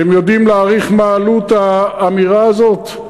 אתם יודעים להעריך מה עלות האמירה הזאת?